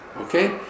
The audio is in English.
Okay